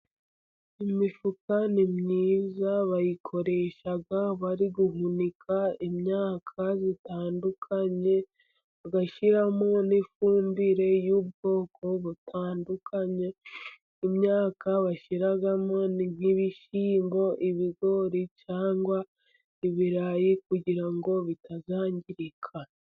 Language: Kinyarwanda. Imifuka ni myiza bayikoresha bari guhunika imyaka itandukanye, bagashyiramo n'ifumbire y'ubwoko butandukanye, imyaka bashyiramo ni nk'ibishyimbo, ibigori cyangwa ibirayi kugira ngo bitazangirika.